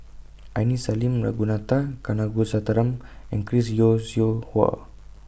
Aini Salim Ragunathar Kanagasuntheram and Chris Yeo Siew Hua